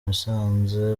musanze